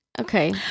Okay